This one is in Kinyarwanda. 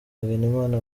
hagenimana